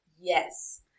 Yes